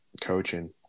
coaching